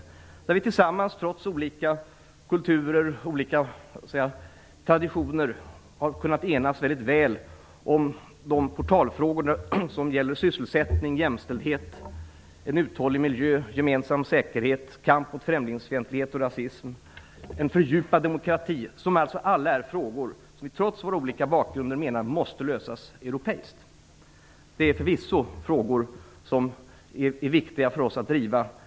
Vi har där tillsammans trots olika kulturer och olika traditioner kunnat enas mycket väl om de portalfrågor som gäller sysselsättning, jämställdhet, en uthållig miljö, gemensam säkerhet, kamp mot främlingsfientlighet och rasism samt en fördjupad demokrati. Det är alla frågor som vi trots vår olika bakgrund menar måste lösas europeiskt. Detta är förvisso frågor som är viktiga för oss att driva.